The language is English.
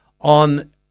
on